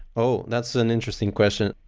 oh, that's an interesting question.